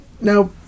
Now